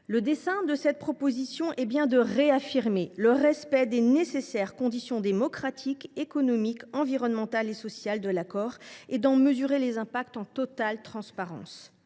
Le but de cette proposition de résolution est de réaffirmer le respect des nécessaires conditions démocratiques, économiques, environnementales et sociales de l’accord et de mesurer leurs effets en totale transparence.